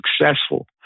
successful